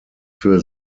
für